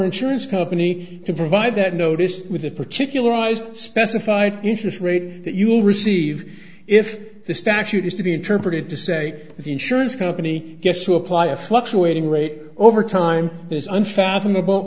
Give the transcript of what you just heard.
insurance company to provide that notice with the particularized specified interest rate that you will receive if the statute is to be interpreted to say the insurance company gets to apply a fluctuating rate over time is unfathomable